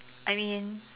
I mean